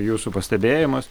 jūsų pastebėjimas